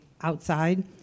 outside